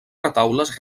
retaules